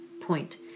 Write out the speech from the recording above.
Point